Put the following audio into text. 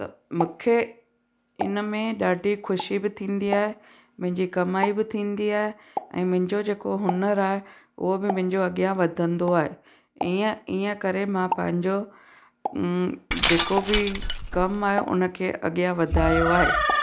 त मूंखे हिन में ॾाढी ख़ुशी बि थींदी आहे मुंहिंजी कमाई बि थींदी आहे ऐं मुंहिंजो जेको हुनरु आहे उहा बि मुंहिंजो अॻियां वधंदो आहे इअं इअं करे मां पंहिंजो जेको बि कमु आहे हुनखे अॻियां वधायो आहे